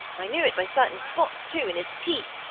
i knew't by certain spots, too, in his teeth,